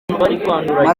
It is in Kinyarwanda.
matola